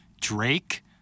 Drake